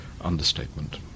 understatement